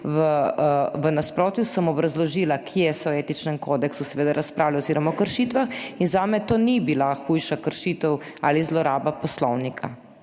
v nasprotju sem obrazložila kje se o Etičnem kodeksu seveda razpravlja oziroma o kršitvah in zame to ni bila hujša kršitev ali zloraba Poslovnika,